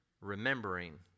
remembering